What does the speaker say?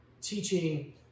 teaching